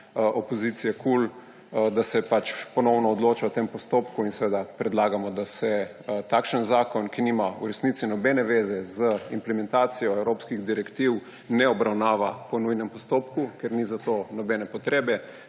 opozicije KUL, da se ponovno odloča o tem postopku, in predlagamo, da se takšen zakon, ki nima v resnici nobene veze z implementacijo evropski direktiv, ne obravnava po nujnem postopku, ker ni za to nobene potrebe.